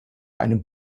einem